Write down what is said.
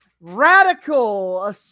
radical